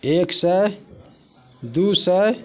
एक सए दू सए